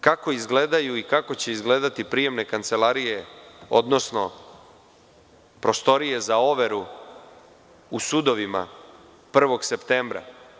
Kako izgledaju i kako će izgledati prijemne kancelarije, odnosno prostorije za overu u sudovima 1. septembra.